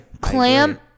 clam